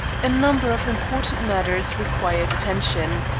a number of important matters required attention.